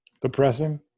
Depressing